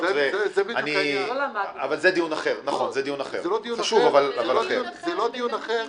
ושאנחנו מחויבים להעמיד את תקציב המזומן.